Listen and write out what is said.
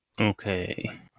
Okay